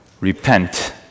repent